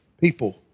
people